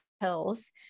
Pills